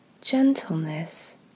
gentleness